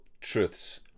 truths